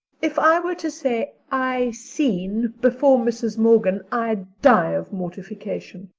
if i were to say i seen before mrs. morgan i'd die of mortification.